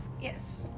Yes